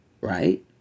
right